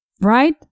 Right